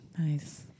Nice